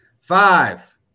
Five